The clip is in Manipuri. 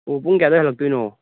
ꯑꯣ ꯄꯨꯡ ꯀꯌꯥ ꯑꯗꯨꯋꯥꯏꯗ ꯍꯜꯂꯛꯇꯣꯏꯅꯣ